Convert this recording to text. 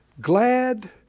Glad